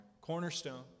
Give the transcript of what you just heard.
Cornerstone